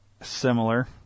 similar